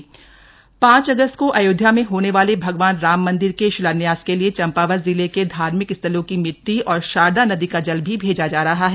राम मंदिर चंपावत पांच अगस्त को अयोध्या में होने वाले भगवान राम मंदिर के शिलान्यास के लिए चंपावत जिले के धार्मिक स्थलों की मिट्टी और शारदा नदी का जल भी भेजा जा रहा है